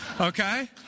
Okay